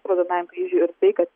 raudonajam kryžiui ir tai kad